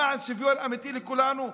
למען שוויון אמיתי לכולנו.